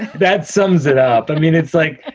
that sums it up. i mean, it's like,